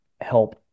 help